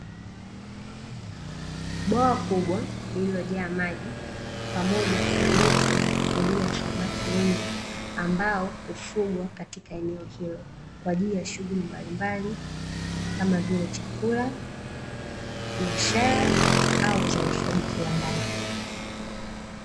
Bwawa kubwa lililojaa maji pamoja na neti ya kuvulia samaki wengi ambao hufugwa katika eneo hilo kwa ajili ya shughuli mbalimbali kama vile chakula, biashara au uzalishaji kiwandani .